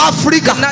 Africa